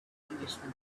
englishman